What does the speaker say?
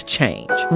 change